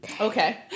Okay